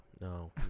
no